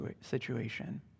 situation